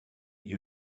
you